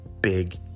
big